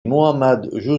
muhammad